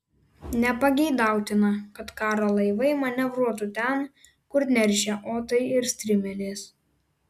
nepageidautina kad karo laivai manevruotų ten kur neršia otai ir strimelės